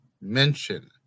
mention